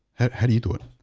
how do you do it?